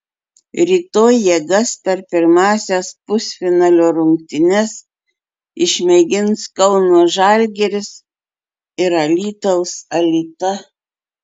rytoj jėgas per pirmąsias pusfinalio rungtynes išmėgins kauno žalgiris ir alytaus alita